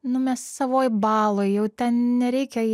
nu mes savoj baloj jau ten nereikia